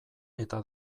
eta